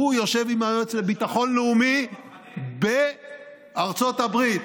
והוא יושב עם היועץ לביטחון לאומי בארצות הברית.